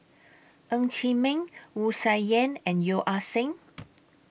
Ng Chee Meng Wu Tsai Yen and Yeo Ah Seng